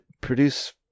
Produce